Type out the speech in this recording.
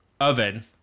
oven